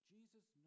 Jesus